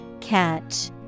Catch